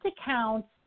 accounts